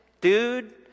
dude